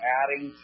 adding